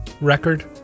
record